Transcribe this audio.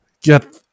get